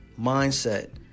mindset